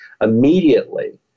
immediately